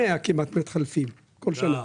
כמעט 100 מתחלפים כל בחירות.